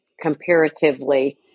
comparatively